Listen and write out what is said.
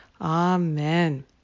Amen